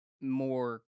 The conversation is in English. more